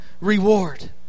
reward